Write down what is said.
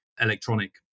electronic